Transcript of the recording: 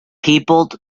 peopled